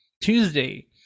Tuesday